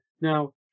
now